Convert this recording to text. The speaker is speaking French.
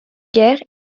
guerre